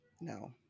No